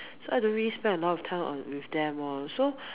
so I don't really spend a lot of time o~ with them loh so